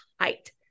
height